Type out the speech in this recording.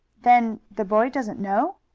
then the boy doesn't know?